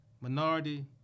minority